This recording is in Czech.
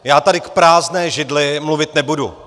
Já tady k prázdné židli mluvit nebudu.